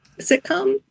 sitcom